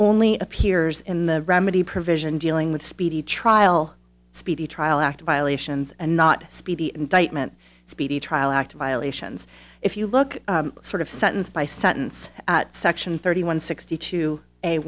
only appears in the remedy provision dealing with speedy trial speedy trial act violations and not speedy indictment speedy trial act violations if you look sort of sentence by sentence section thirty one sixty two